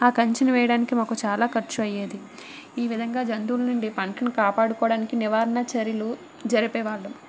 ఆ కంచెను వేయడానికి మాకు చాలా ఖర్చు అయ్యేది ఈ విధంగా జంతువుల నుండి పంటను కాపాడుకోవడానికి నివారణ చర్యలు జరిపేవాళ్ళం